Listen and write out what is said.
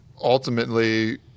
ultimately